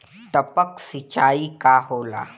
टपक सिंचाई का होला?